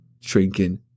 drinking